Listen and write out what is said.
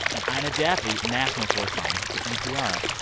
and ina jaffe, national correspondent for npr.